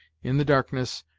in the darkness,